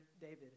David